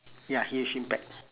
ya huge impact